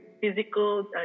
physical